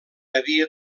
havia